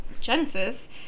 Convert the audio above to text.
genesis